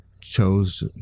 chose